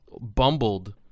bumbled